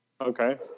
Okay